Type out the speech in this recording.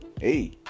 hey